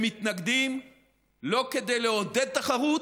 הם מתנגדים לא כדי לעודד תחרות,